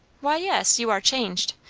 why, yes you are changed.